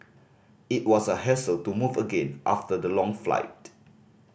it was a hassle to move again after the long flight